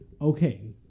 Okay